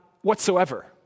whatsoever